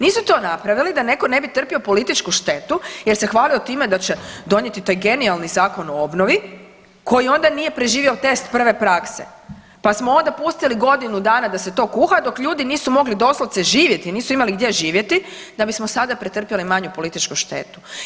Nisu to napravili da netko ne bi trpio političku štetu jer se hvalio time da će donijeti taj genijalni Zakon o obnovi koji onda nije preživio test prve prakse, pa smo onda pustili godinu dana da se to kuha dok ljudi nisu mogli doslovce živjeti, nisu imali gdje živjeti, da bismo sada pretrpjeli manju političku štetu.